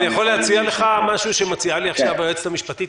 יכול להציע לך מה שמציעה לי עכשיו היועצת המשפטית?